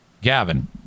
Gavin